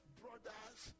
brothers